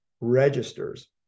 registers